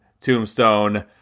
tombstone